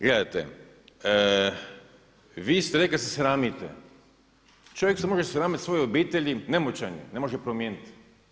Gledajte, vi ste rekli da se sramite, čovjek se može sramiti svoje obitelji, ne moćan je, ne može ju promijeniti.